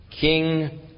king